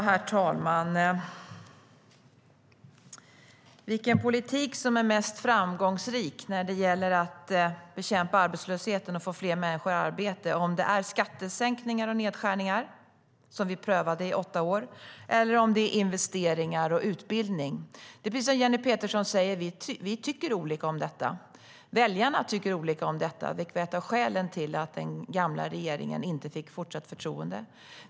Herr talman! Vilken politik är mest framgångsrik när det gäller att bekämpa arbetslösheten och få fler människor i arbete? Är det skattesänkningar och nedskärningar, som vi prövade i åtta år? Eller är det investeringar och utbildning? Precis som Jenny Petersson säger tycker vi olika i detta. Väljarna tycker också olika i detta, vilket var ett av skälen till att den gamla regeringen inte fick fortsatt förtroende.